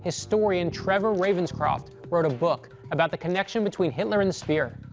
historian trevor ravenscroft wrote a book about the connection between hitler and the spear.